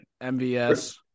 MVS